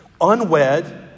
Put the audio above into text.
unwed